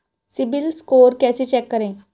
CIBIL score कैसे check करें?